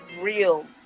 real